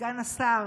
סגן השר.